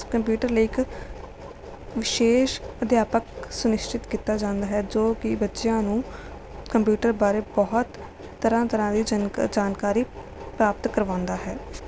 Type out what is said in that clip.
computer ਲਈ ਇੱਕ ਵਿਸ਼ੇਸ਼ ਅਧਿਆਪਕ ਸੁਨਿਸ਼ਚਿਤ ਕੀਤਾ ਜਾਂਦਾ ਹੈ ਜੋ ਕਿ ਬੱਚਿਆਂ ਨੂੰ ਕੰਪਿਊਟਰ ਬਾਰੇ ਬਹੁਤ ਤਰ੍ਹਾਂ ਤਰ੍ਹਾਂ ਦੀ ਜਾਣਕਾਰੀ ਪ੍ਰਾਪਤ ਕਰਵਾਉਂਦਾ ਹੈ